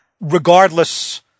regardless